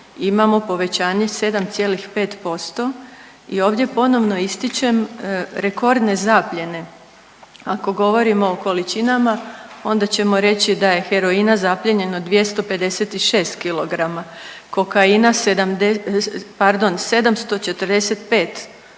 imamo povećanje 7,5% i ovdje ponovno ističem rekordne zapljene, ako govorimo o količinama onda ćemo reći da je heroina zaplijenjeno 256 kg, kokaina 7…,